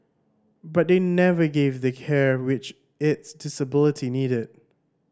but they never gave the care which its disability needed